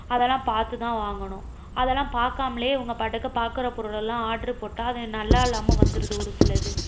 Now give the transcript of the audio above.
அதல்லாம் பார்த்து தான் வாங்கணும் அதல்லாம் பார்க்காமலே இவங்க பாட்டுக்கு பார்க்கற பொருள் எல்லாம் ஆர்டரு போட்டால் அது நல்லா இல்லாமல் வந்துடுது ஒரு சில இது